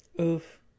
oof